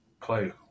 play